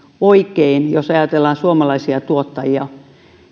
oikein jos ajatellaan suomalaisia tuottajia